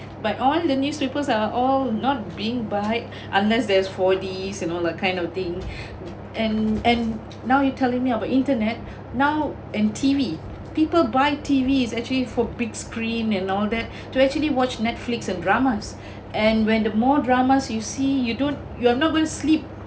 but all the newspapers are all not being buy unless there's four d and like that kind of thing and and now you're telling me of internet now and T_V people buy T_V is actually for big screen and all that to actually watch netflix and dramas and when the more dramas you see you don't you're not going to sleep